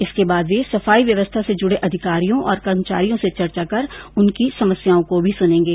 इसके बाद वे सफाई व्यवस्था से जुडे अधिकारियों और कर्मचारियों से चर्चा कर उनकी समस्याओं को भी सुनेगें